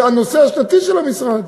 זה הנושא השנתי של המשרד: